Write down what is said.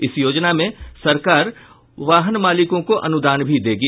इस योजना में सरकार वाहन मालिकों को अनुदान भी देगी